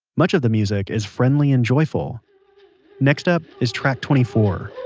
much of the music is friendly and joyful next up is track twenty four.